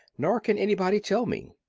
nor can anybody tell me.